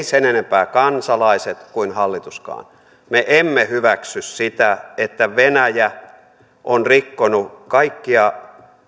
sen enempää kansalaiset kuin hallituskaan emme hyväksy sitä että venäjä on rikkonut kaikkia